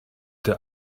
der